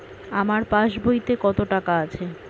আমার পাস বইতে কত টাকা আছে?